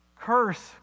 curse